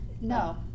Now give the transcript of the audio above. no